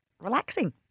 relaxing